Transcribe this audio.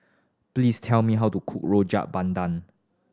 please tell me how to cook Rojak Bandung